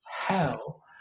hell